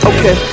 Okay